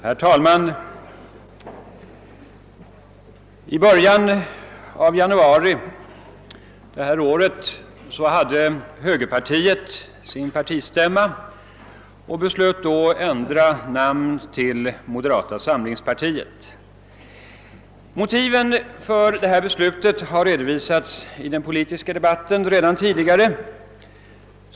Herr talman! I början av januari detta år hade högerpartiet sin partistämma och beslöt då ändra namn till moderata samlingspartiet. Motiven för detta beslut har redovisats i den politiska debatten redan tidigare.